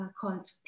called